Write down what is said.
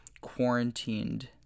quarantined